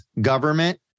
government